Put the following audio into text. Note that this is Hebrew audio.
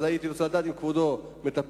הייתי רוצה לדעת אם כבודו מטפל,